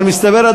אבל מסתבר,